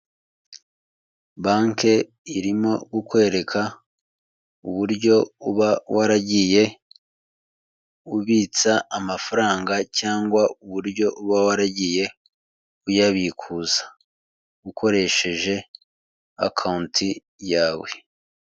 Banki irimo kukwereka uburyo uba waragiye ubitsa amafaranga cyangwa uburyo uba waragiye uyabikuza ukoresheje akawunti yawe.